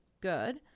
good